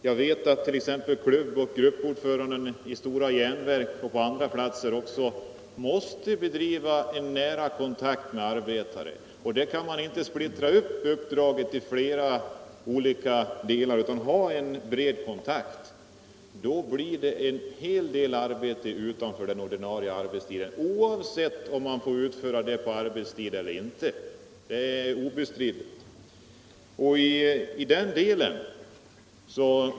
Jag vet exempelvis att klubboch gruppordföranden i stora järnverk och på andra arbetsplatser måste ha nära kontakt med arbetarna. Uppdraget kan inte splittras upp i flera olika delar, utan det måste vara en bred kontakt. Det medför en hel del arbete utanför den ordinarie arbetstiden, oavsett om fackligt arbete får utföras på arbetstid.